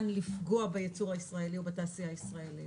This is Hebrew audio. לפגוע בייצור הישראלי או בתעשייה הישראלית,